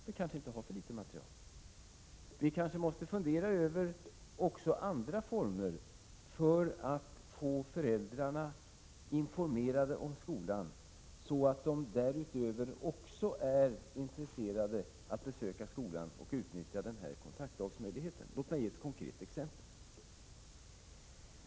Vi måste kanske även fundera över andra former för att få föräldrarna informerade om skolan, så att de även därutöver är intresserade av att besöka skolan och utnyttja den möjlighet som kontaktdagarna ger. Låt mig ge ett konkret exempel.